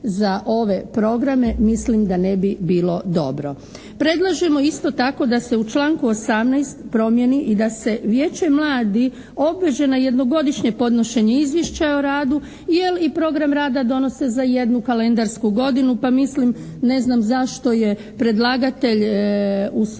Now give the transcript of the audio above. za ove programe, mislim da ne bi bilo dobro. Predlažemo isto tako da se u članku 18. promijeni i da se vijeće mladih obveže na jednogodišnje podnošenje izvješća o radu, jer i program rada donose za jednu kalendarsku godinu pa mislim ne znam zašto je predlagatelj u svom